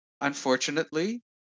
unfortunately